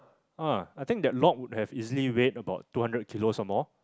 ah I think that log would have easily weighed about two hundred kilos or more